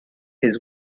his